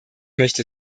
möchte